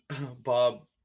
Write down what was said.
Bob